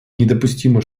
недопустимо